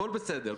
הכול בסדר,